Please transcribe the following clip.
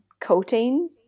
coating